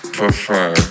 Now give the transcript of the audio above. prefer